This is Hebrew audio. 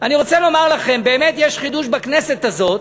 אני רוצה לומר לכם, באמת יש חידוש בכנסת הזאת.